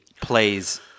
plays